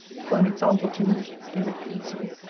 for an example to me, if it please you.